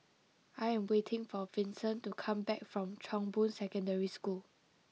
I am waiting for Vincent to come back from Chong Boon Secondary School